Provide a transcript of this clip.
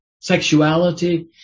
sexuality